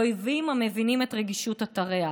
לאויבים המבינים את רגישות אתריה,